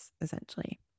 essentially